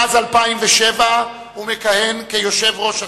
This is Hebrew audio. מאז 2007 הוא מכהן כיושב-ראש הסיים,